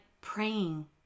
praying